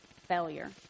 failure